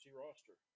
roster